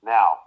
Now